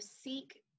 seek